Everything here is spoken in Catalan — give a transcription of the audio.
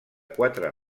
quatre